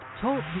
Talk